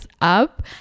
up